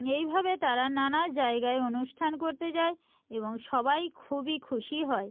এইভাবে তারা নানা জায়গায় অনুষ্ঠান করতে যায় এবং সবাই খুবই খুশি হয়